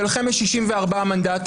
כשלכם יש 64 מנדטים,